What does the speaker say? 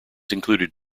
included